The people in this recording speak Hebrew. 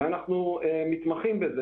אנחנו מתמחים בזה.